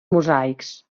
mosaics